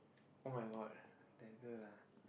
oh-my-god that girl lah